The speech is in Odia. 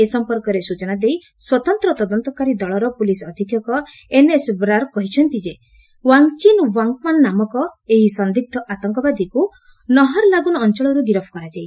ଏ ସମ୍ପର୍କରେ ସ୍ଟଚନା ଦେଇ ସ୍ୱତନ୍ତ୍ର ତଦନ୍ତକାରୀ ଦଳର ପୁଲିସ୍ ଅଧୀକ୍ଷକ ଏନ୍ଏସ୍ ବ୍ରାର୍ କହିଛନ୍ତି ୱାଙ୍ଗ୍ଚିନ ୱାଙ୍ଗ୍ପାନ୍ ନାମକ ଏହି ସନ୍ଦିଗ୍ର ଆତଙ୍କବାଦୀକୁ ନହରଲାଗୁନ୍ ଅଞ୍ଚଳରୁ ଗିରଫ କରାଯାଇଛି